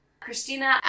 Christina